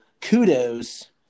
kudos